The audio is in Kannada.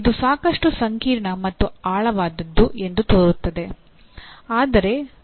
ಇದು ಸಾಕಷ್ಟು ಸಂಕೀರ್ಣ ಮತ್ತು ಆಳವಾದದ್ದು ಎಂದು ತೋರುತ್ತದೆ